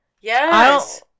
Yes